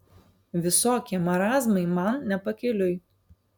visokie marazmai man ne pakeliui